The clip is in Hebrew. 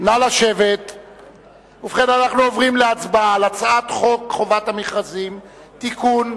אנחנו עוברים להצבעה על הצעת חוק חובת המכרזים (תיקון,